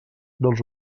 dels